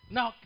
Now